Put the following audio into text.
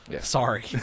Sorry